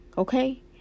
Okay